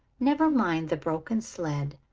never mind the broken sled.